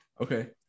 Okay